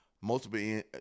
multiple